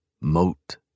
moat